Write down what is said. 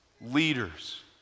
leaders